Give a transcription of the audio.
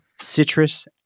citrus